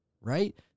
right